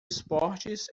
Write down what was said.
esportes